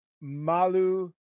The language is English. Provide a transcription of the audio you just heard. Malu